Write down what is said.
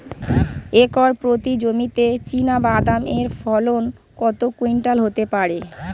Acre প্রতি জমিতে চীনাবাদাম এর ফলন কত কুইন্টাল হতে পারে?